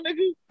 nigga